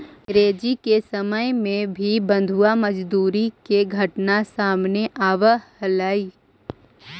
अंग्रेज के समय में भी बंधुआ मजदूरी के घटना सामने आवऽ हलइ